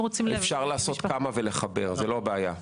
אפשר לעשות כמה ולחבר, זאת לא הבעיה.